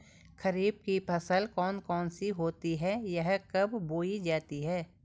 खरीफ की फसल कौन कौन सी होती हैं यह कब बोई जाती हैं?